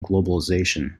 globalization